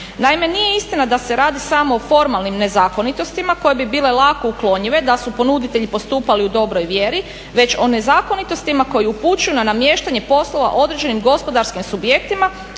Naime, nije istina da se radi samo o formalnim nezakonitostima koje bi bile lako uklonjive da su ponuditelji postupali u dobroj vjeri već o nezakonitostima koji upućuju na namještanje poslova određenim gospodarskim subjektima,